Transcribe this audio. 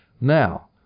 Now